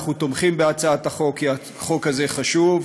אנחנו תומכים בהצעת החוק כי החוק הזה חשוב.